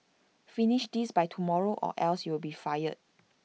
finish this by tomorrow or else you'll be fired